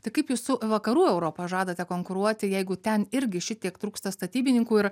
tai kaip jūs su vakarų europa žadate konkuruoti jeigu ten irgi šitiek trūksta statybininkų ir